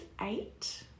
eight